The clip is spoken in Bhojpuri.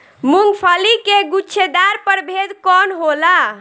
मूँगफली के गुछेदार प्रभेद कौन होला?